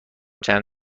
چند